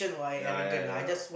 ya ya I know I know